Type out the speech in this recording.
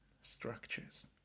structures